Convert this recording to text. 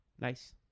Nice